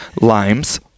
limes